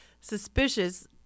suspicious